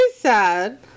sad